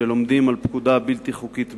כשלומדים על פקודה בלתי חוקית בעליל,